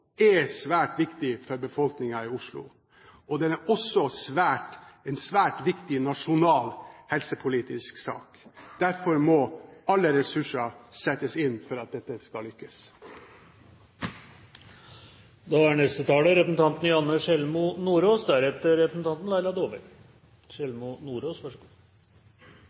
er svært viktig for befolkningen i Oslo, og den er også en svært viktig nasjonal helsepolitisk sak. Derfor må alle ressurser settes inn for at dette skal lykkes.